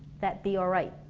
that be alright